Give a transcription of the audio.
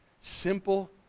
simple